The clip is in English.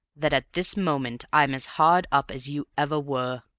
that at this moment i'm as hard up as you ever were.